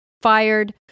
fired